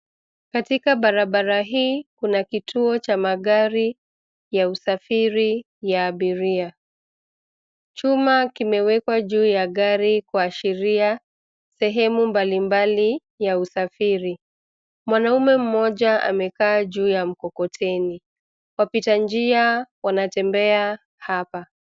Katika barabara hii kuna kituo cha magari ya usafiri ya abiria. Chuma kimewekwa juu ya gari kuashiria sehemu mbalimbali ya usafiri. Mwanaume mmoja amekaa juu ya mkokoteni, wapita njia wanatembea hapa.